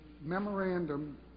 memorandum